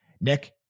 Nick